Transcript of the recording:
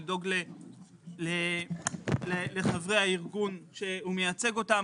לדאוג לחברי הארגון שהוא מייצג אותם,